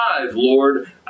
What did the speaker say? lord